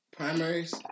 Primaries